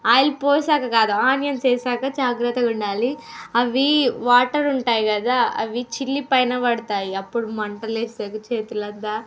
oil పోసాక కాదు onions వేసాక జాగ్రత్తగా ఉండాలి అవి వాటర్ ఉంటాయి కదా అవి చిల్లి పైన పడతాయి అప్పుడు మంటలేస్తాయి చేతులంతా